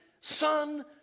Son